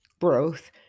Growth